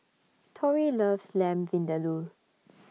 Torey loves Lamb Vindaloo